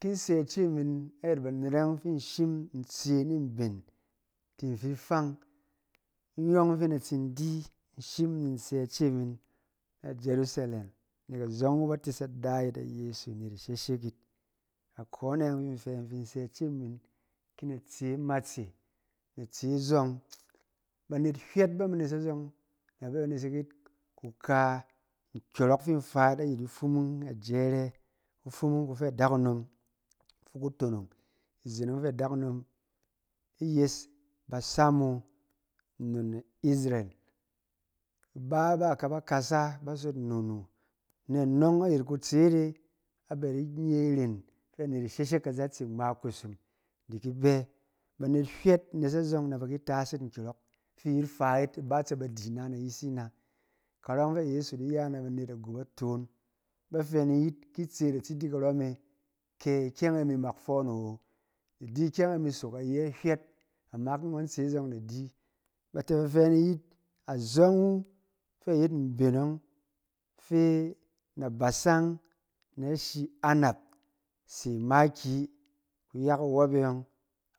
Ti in sɛ ice min ayɛt banet ɔng fi in shim in tse ni mben ti in fi fang, nyɔng fɛ na tsi di in shim in sɛ ice min na jeruselem nɛk azɔng wu fɛ ba tes ada yit ayeso, anet isheshek yit. Akɔne yɔng fi in fɛ in fin sɛ ice min, ki na tse amatse, na tse zɔng. Banet hywɛt ba mi nes azɔng, ba bɛ ba di nesek yit kuka nkyɔrɔk fin in fa yit ayit ifumung ajɛrɛ, kufumung kufɛ adakunom, fi ku tonong, izen ɔng fɛ adakunom yes basam wu nnon aisreal. Iba ba a ka ba kasa ba sot nnon wu. Ne anɔng ayɛt kutseet e, a bɛ di nye irèn fɛ anet isheshek kazatse ngma kusum di ki bɛ. Banet hywɛt nes azɔng na ba ki tas yin nkyɔrɔk fi i yit fa yit, iba ba tse ba di ina na ayisi na. Kayɔng ɔng fɛ ayeso ya na banet agup atoon, ba fɛ ni yit ki tse da tsi di karɔ me, ke ikyɛng e mi mak fɔn awo. I di ikyɛng e mi sok ayɛ hywɛt, ama ki ngɔn tse zɔng da di, ba tɛ ba fɛ ni yit, azɔng wu fɛ a yet mben ɔng, fɛ nabasang nɛ ashi anap se makiyi, kuyak iwɔp e yɔng.